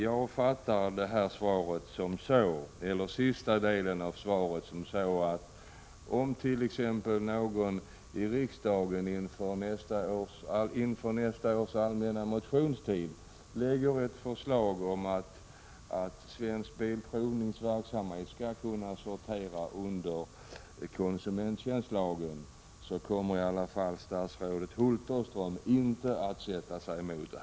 Jag fattar sista delen av svaret så, att om någon i riksdagen under nästa års allmänna motionstid lägger fram ett förslag om att Svensk Bilprovnings verksamhet skall sortera under konsumenttjänstlagen, så kommer i alla fall statsrådet Hulterström inte att sätta sig emot det.